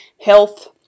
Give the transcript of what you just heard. health